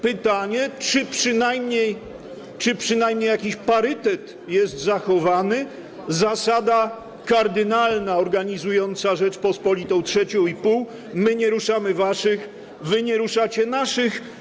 Pytanie, czy przynajmniej jakiś parytet jest zachowany, zasada kardynalna organizująca Rzeczpospolitą trzecią i pół: my nie ruszamy waszych, wy nie ruszacie naszych.